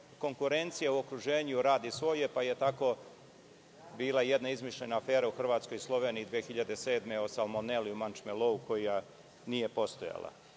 konkurencija u okruženju radi svoje, pa je tako bila jedna izmišljena afera u Hrvatskoj i Sloveniji 2007. godine, o salmoneli u „mančemelou“, koja nije postojala. Zbog